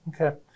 Okay